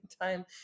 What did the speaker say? time